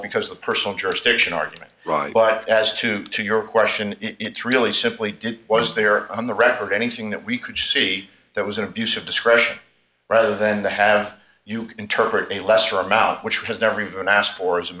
because the personal jurisdiction argument but as to to your question it's really simply did was there on the record anything that we could see that was an abuse of discretion rather than the have you interpret a lesser amount which has never even asked for as a